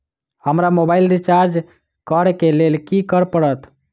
हमरा mobile recharge करऽ केँ लेल की करऽ पड़त?